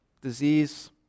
disease